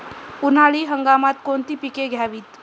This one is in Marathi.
उन्हाळी हंगामात कोणती पिके घ्यावीत?